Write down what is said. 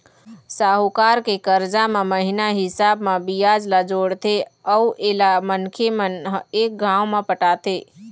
साहूकार के करजा म महिना हिसाब म बियाज ल जोड़थे अउ एला मनखे मन ह एक घांव म पटाथें